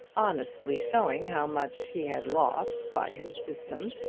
honestly showing how much he had lost by his system,